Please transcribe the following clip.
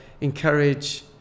encourage